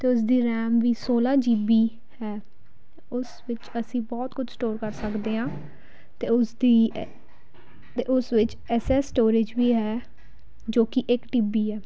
ਅਤੇ ਉਸ ਦੀ ਰੈਮ ਵੀ ਸੋਲਾਂ ਜੀ ਬੀ ਹੈ ਉਸ ਵਿੱਚ ਅਸੀਂ ਬਹੁਤ ਕੁਝ ਸਟੋਰ ਕਰ ਸਕਦੇ ਹਾਂ ਅਤੇ ਉਸ ਦੀ ਅ ਅਤੇ ਉਸ ਵਿੱਚ ਐਸ ਐਸ ਸਟੋਰੇਜ ਵੀ ਹੈ ਜੋ ਕਿ ਇੱਕ ਟੀ ਬੀ ਹੈ